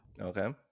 Okay